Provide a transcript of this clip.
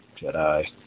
*Jedi*